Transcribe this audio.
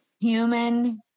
human